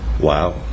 Wow